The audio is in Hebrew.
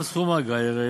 גם סכום האגרה ירד.